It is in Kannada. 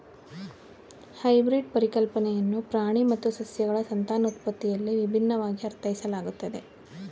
ಹೈಬ್ರಿಡ್ ಪರಿಕಲ್ಪನೆಯನ್ನ ಪ್ರಾಣಿ ಮತ್ತು ಸಸ್ಯಗಳ ಸಂತಾನೋತ್ಪತ್ತಿಯಲ್ಲಿ ವಿಭಿನ್ನವಾಗಿ ಅರ್ಥೈಸಲಾಗುತ್ತೆ